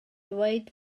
dweud